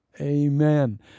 amen